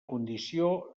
condició